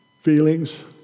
feelings